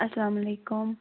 اَلسلامُ علیکُم